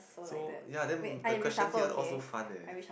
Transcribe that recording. so ya then the question here all so fun eh